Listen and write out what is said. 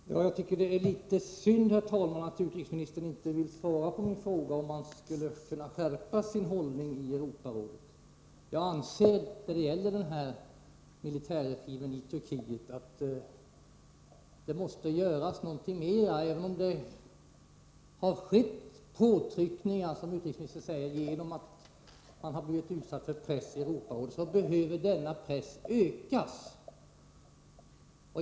Herr talman! Jag tycker det är litet synd att utrikesministern inte vill svara på min fråga om vi kan skärpa vår hållning i Europarådet. När det gäller militärregimen i Turkiet anser jag att vi måste göra något mer. Även om det har utövats påtryckningar genom att Turkiet har utsatts för press i Europarådet behöver denna press ökas.